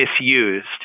misused